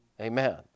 Amen